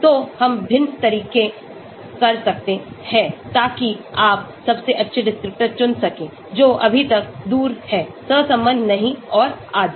तो हम भिन्न तरीके कर सकते हैं ताकि आप सबसे अच्छे डिस्क्रिप्टर चुन सकें जो अभी तक दूर है सहसंबद्ध नहीं और आदि